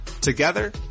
Together